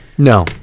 No